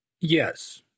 yes